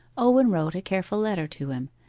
owen wrote a careful letter to him,